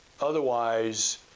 Otherwise